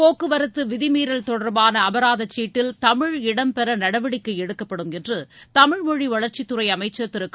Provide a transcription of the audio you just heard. போக்குவரத்து விதிமீறல் தொடர்பான அபராத சீட்டில் தமிழ் இடம்பெற நடவடிக்கை எடுக்கப்படும் என்று தமிழ்மொழி வளர்ச்சித் துறை அமைச்சர் திருக